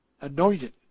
anointed